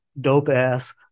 dope-ass